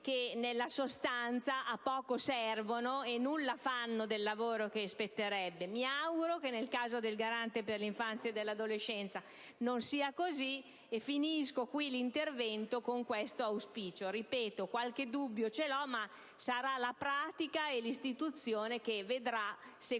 che, nella sostanza, a poco servono e nulla fanno del lavoro che spetterebbe loro. Mi auguro che nel caso del Garante per l'infanzia e l'adolescenza non sia così. Termino l'intervento con questo auspicio. Ripeto: ho qualche dubbio, ma saranno la pratica e l'istituzione che